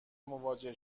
مواجه